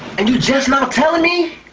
and you're just now telling me?